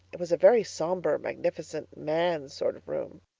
it was a very sombre, magnificent, man's sort of room.